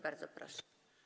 Bardzo proszę.